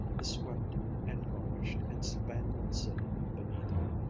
the swept and garnished and spangled city beneath her.